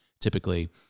typically